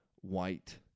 white